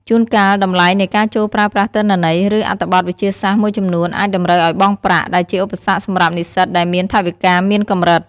ជួនកាល តម្លៃនៃការចូលប្រើប្រាស់ទិន្នន័យ ឬអត្ថបទវិទ្យាសាស្ត្រមួយចំនួនអាចតម្រូវឱ្យបង់ប្រាក់ ដែលជាឧបសគ្គសម្រាប់និស្សិតដែលមានថវិកាមានកម្រិត។